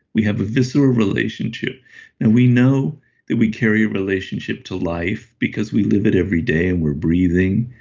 we have a visceral relationship now and we know that we carry a relationship to life because we live it every day, and we're breathing,